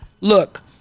look